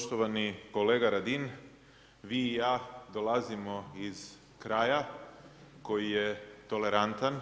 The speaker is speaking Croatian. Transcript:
Poštovani kolega Radin, vi i ja dolazimo iz kraja koji je tolerantan,